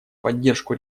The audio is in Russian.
поддержку